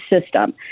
system